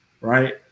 Right